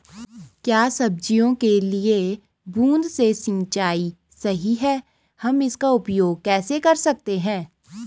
क्या सब्जियों के लिए बूँद से सिंचाई सही है हम इसका उपयोग कैसे कर सकते हैं?